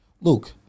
Luke